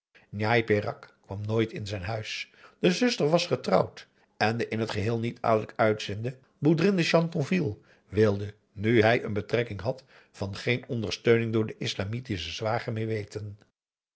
njai peraq kwam nooit in zijn huis de zuster was getrouwd en de in het geheel niet adellijk uitziende boudrin de chatonville wilde nu hij een betrekking had van geen ondersteuning door den islamitischen zwager